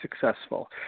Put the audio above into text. successful